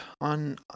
on